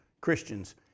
Christians